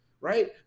right